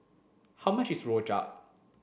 how much is rojak